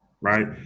right